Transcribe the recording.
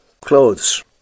Clothes